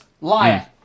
Liar